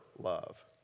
love